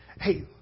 hey